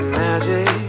magic